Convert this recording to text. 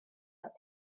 out